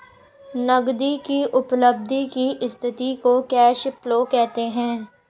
नगदी की उपलब्धि की स्थिति को कैश फ्लो कहते हैं